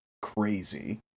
crazy